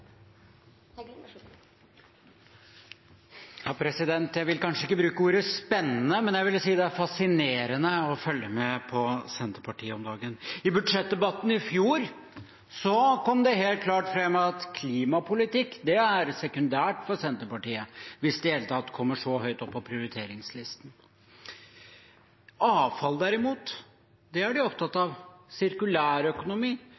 Jeg vil kanskje ikke bruke ordet «spennende», men jeg vil si det er fascinerende å følge med på Senterpartiet om dagen. I budsjettdebatten i fjor kom det helt klart fram at klimapolitikk er sekundært for Senterpartiet, hvis det i det hele tatt kommer så høyt opp på prioriteringslisten. Avfall, derimot, er de opptatt av. Sirkulærøkonomi er de opptatt